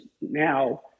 now